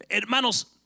Hermanos